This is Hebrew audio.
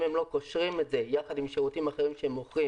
אם הם לא קושרים את זה ביחד עם שירותים אחרים שהם מוכרים